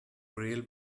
grille